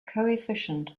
coefficient